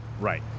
Right